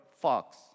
fox